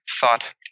thought